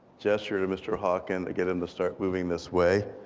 gesture to mr. hawken to get him to start moving this way.